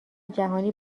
جهانی